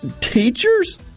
teachers